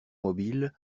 mobile